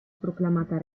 proclamata